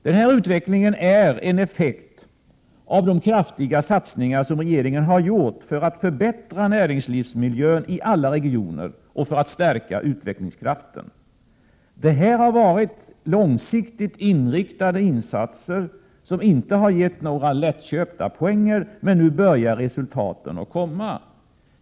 Den utvecklingen är en effekt av de kraftiga satsningar som regeringen gjort för att förbättra näringslivsmiljön i alla regioner och för att förstärka utvecklingskraften. Det har varit långsiktigt inriktade insatser som inte gett några lättköpta poänger. Nu börjar resultaten komma.